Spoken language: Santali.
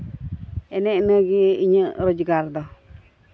ᱮᱱᱮᱡ ᱞᱟᱹᱜᱤᱫ ᱤᱧᱟᱹᱜ ᱨᱳᱡᱽᱜᱟᱨ ᱫᱚ